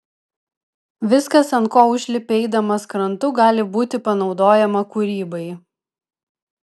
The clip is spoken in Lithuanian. viskas ant ko užlipi eidamas krantu gali būti panaudojama kūrybai